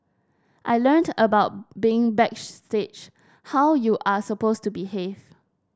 I learnt about being backstage how you are supposed to behave